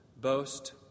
boast